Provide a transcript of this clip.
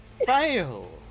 Fail